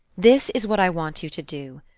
this is what i want you to do.